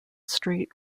street